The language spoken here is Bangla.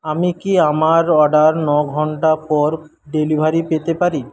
আমি কি আমার অর্ডার নঘণ্টা পর ডেলিভারি পেতে পারি